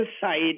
side